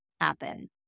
happen